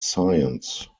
science